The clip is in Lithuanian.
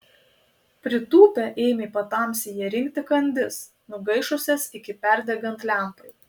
pritūpę ėmė patamsyje rinkti kandis nugaišusias iki perdegant lempai